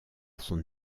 son